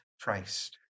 Christ